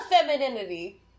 femininity